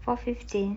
four fifteen